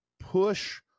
push